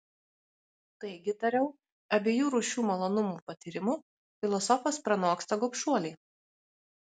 taigi tariau abiejų rūšių malonumų patyrimu filosofas pranoksta gobšuolį